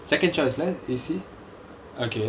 second choice right A_C okay